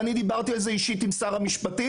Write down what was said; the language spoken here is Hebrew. ודיברתי על זה אישית עם שר המשפטים.